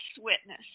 witness